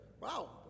Wow